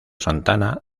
santana